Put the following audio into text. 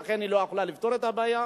לכן היא לא יכולה לפתור את הבעיה.